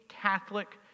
Catholic